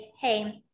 hey